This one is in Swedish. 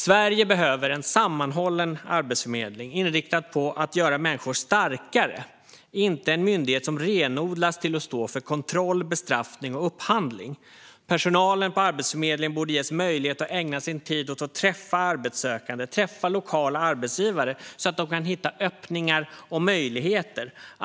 Sverige behöver en sammanhållen arbetsförmedling inriktad på att göra människor starkare, inte en myndighet som renodlas till att stå för kontroll, bestraffning och upphandling. Personalen på Arbetsförmedlingen borde ges möjlighet att ägna sin tid åt att träffa arbetssökande och lokala arbetsgivare så att de kan hitta öppningar och möjligheter.